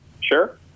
Sure